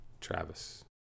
Travis